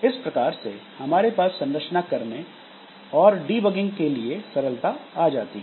इस प्रकार से हमारे पास संरचना करने और डीबगिंग के लिए एक सरलता आ जाती है